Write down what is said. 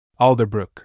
Alderbrook